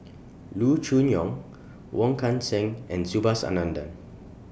Loo Choon Yong Wong Kan Seng and Subhas Anandan